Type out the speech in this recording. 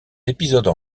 épisodes